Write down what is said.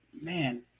man